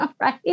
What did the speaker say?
Right